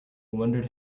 wondered